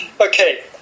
Okay